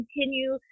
continue